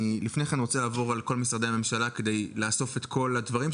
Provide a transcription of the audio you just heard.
לפני כן אני רוצה לעבור על כל משרדי הממשלה כדי לאסוף את כל הדברים.